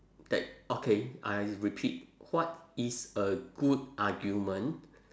that okay I repeat what is a good argument